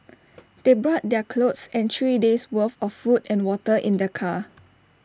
they brought their clothes and three days'worth of food and water in their car